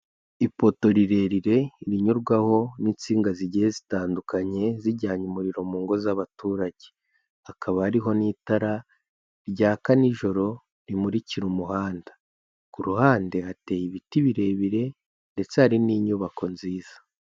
Ipoto rirerire rinyurwaho n'insinga zigiye zitandukanye, zijyanye umuriro mu ngo z'abaturage. Hakaba hariho n'itara ryaka nijoro rimurikira umuhanda, ku ruhande hateye ibiti birebire ndetse hari n'inyubako nziza.